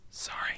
sorry